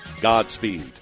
Godspeed